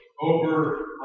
over